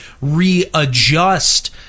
readjust